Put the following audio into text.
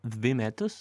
dvi metus